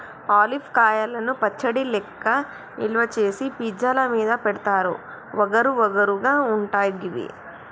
olive కాయలను పచ్చడి లెక్క నిల్వ చేసి పిజ్జా ల మీద పెడుతారు వగరు వగరు గా ఉంటయి గివి